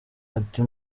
ati